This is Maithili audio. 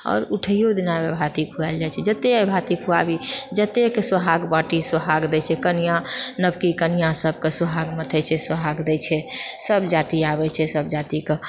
आओर उठैओ दिना अहिबाति खुआओल जाइत छै जते अहिबाति खुआबी जतेक सोहाग बाँटि सोहाग देइछै कनियाँ नवकी कनियाँ सभके सोहाग मथै छै सोहाग देइछै सभ जाति आबैत छै सभ जातिके